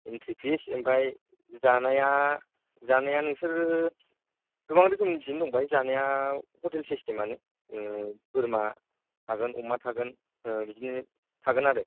entry fees ओमफाय जानाया जानाया नोंसोरो गोबां रोखोमनि दिजेइन दं जानाया हटेल सिस्टेमानो उम बोरमा थागोन अमा थागोन ओह बिदिनो थागोन आरो